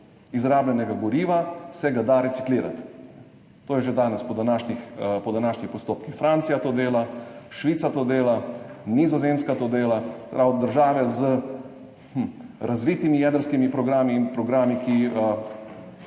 izrabljenega goriva se da reciklirati, to je že danes po današnjih postopkih. Francija to dela, Švica to dela, Nizozemska to dela, države z razvitimi jedrskimi programi in programi, ki,